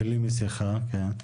בלי מסכה, כן.